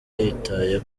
yitaye